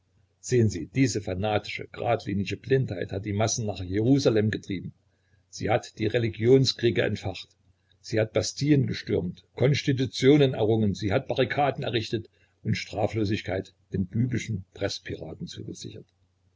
sehen sie diese fanatische gradlinige blindheit hat die massen nach jerusalem getrieben sie hat die religionskriege entfacht sie hat bastillen gestürmt konstitutionen errungen sie hat barrikaden errichtet und straflosigkeit den bübischen preßpiraten zugesichert